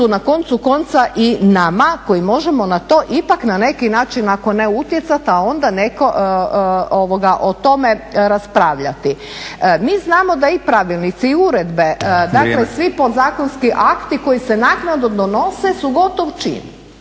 na koncu konca i nama koji možemo na to ipak na neki način ako ne utjecat, onda netko o tome raspravljati. Mi znamo da i pravilnici i uredbe, dakle svi podzakonski akti koji se naknadno donose su gotov čin.